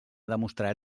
demostrat